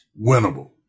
winnable